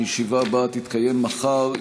הישיבה הבאה תתקיים מחר,